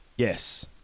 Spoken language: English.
Yes